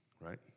right